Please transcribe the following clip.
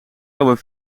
over